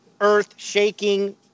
earth-shaking